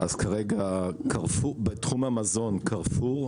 אז כרגע בתחום המזון קרפור.